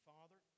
Father